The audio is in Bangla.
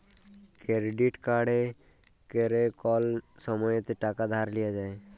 কেরডিট কাড়ে ক্যরে কল সময়তে টাকা ধার লিয়া যায়